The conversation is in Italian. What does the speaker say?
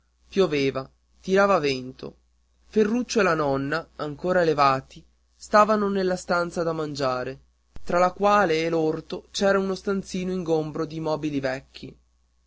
pioveva tirava vento ferruccio e la nonna ancora levati stavano nella stanza da mangiare tra la quale e l'orto c'era uno stanzino ingombro di mobili vecchi